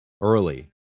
early